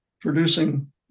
producing